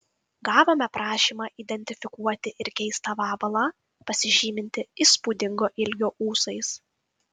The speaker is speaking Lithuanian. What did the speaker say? gavome prašymą identifikuoti ir keistą vabalą pasižymintį įspūdingo ilgio ūsais